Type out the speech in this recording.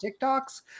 TikToks